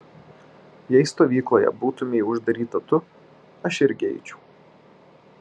jei stovykloje būtumei uždaryta tu aš irgi eičiau